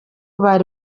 bari